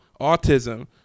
autism